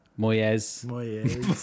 Moyes